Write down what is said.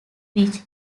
which